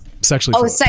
sexually